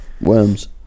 Worms